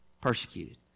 persecuted